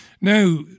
Now